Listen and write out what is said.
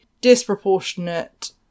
disproportionate